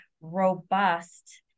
robust